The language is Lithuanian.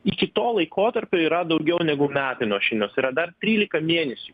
iki to laikotarpio yra daugiau negu metai nuo šiandienos yra dar trylika mėnesių